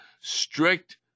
strict